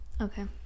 Okay